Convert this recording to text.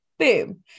boom